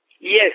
Yes